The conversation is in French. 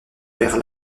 père